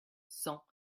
cent